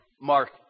Mark